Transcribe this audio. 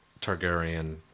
targaryen